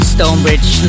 Stonebridge